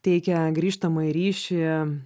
teikia grįžtamąjį ryšį